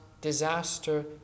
disaster